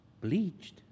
Bleached